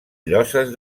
lloses